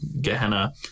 Gehenna